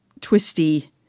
twisty